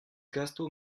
gasto